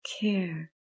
care